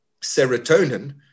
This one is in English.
serotonin